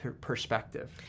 perspective